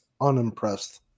unimpressed